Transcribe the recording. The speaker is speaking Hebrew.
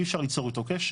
אי אפשר ליצור איתו קשר.